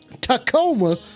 tacoma